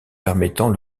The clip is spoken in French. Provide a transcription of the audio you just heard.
permettant